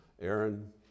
Aaron